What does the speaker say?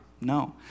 No